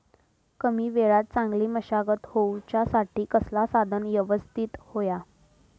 कमी वेळात चांगली मशागत होऊच्यासाठी कसला साधन यवस्तित होया?